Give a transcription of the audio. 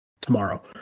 tomorrow